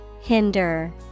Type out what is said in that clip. Hinder